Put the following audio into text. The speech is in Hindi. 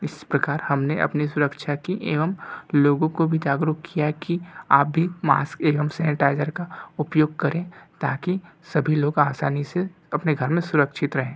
इस प्रकार हमने अपनी सुरक्षा की एवं लोगों को भी जागरूक किया कि आप भी मास्क एवं सेनिटाइज़र का उपयोग करें ताकि सभी लोग आसानी से अपने घर में सुरक्षित रहें